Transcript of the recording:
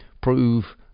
prove